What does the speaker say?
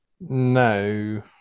No